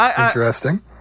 interesting